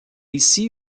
ici